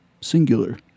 Singular